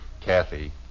Kathy